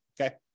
okay